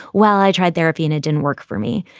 well, i tried therapy and it didn't work for me.